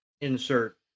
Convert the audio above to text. insert